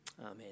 Amen